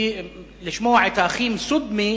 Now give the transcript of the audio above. לשמוע את האחים סודמי